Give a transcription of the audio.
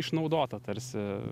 išnaudota tarsi